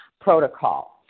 protocol